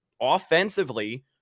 offensively